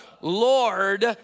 Lord